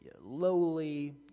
lowly